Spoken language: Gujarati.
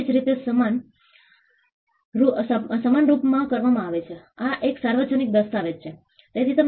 તેથી તેમને 2007 2010માં પૂર આવ્યું હતું